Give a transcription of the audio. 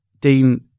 Dean